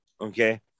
Okay